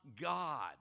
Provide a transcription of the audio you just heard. God